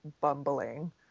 bumbling